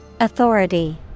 Authority